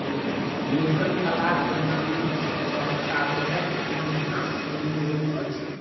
लेखन कलाक जनम सॅ कागजक इतिहास शुरू होइत अछि